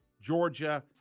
Georgia